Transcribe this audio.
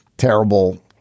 Terrible